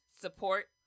support